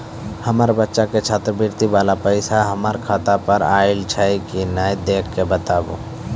हमार बच्चा के छात्रवृत्ति वाला पैसा हमर खाता पर आयल छै कि नैय देख के बताबू?